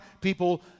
people